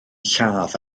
lladd